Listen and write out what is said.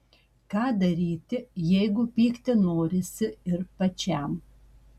ką daryti jeigu pykti norisi ir pačiam